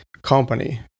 company